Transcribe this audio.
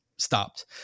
stopped